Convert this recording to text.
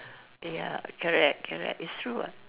ya correct correct it's true what